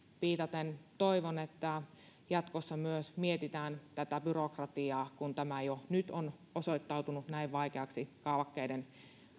viitaten toivon että jatkossa myös mietitään tätä byrokratiaa kun tämä jo nyt on osoittautunut näin vaikeaksi kaavakkeiden